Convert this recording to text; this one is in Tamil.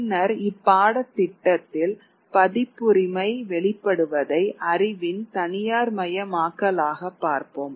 பின்னர் இப்பாடத்திட்டத்தில் பதிப்புரிமை வெளிப்படுவதை அறிவின் தனியார்மயமாக்கலாகப் பார்ப்போம்